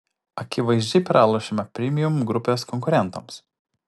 akivaizdžiai pralošiama premium grupės konkurentams